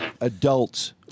adults